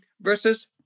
versus